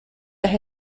las